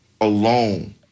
alone